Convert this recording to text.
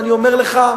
ואני אומר לך: